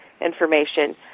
information